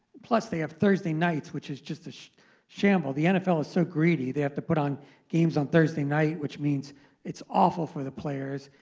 plus they have thursday nights, which is just a shamble. the nfl is so greedy they have to put on games on thursday night, which means it's awful for the players.